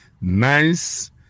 nice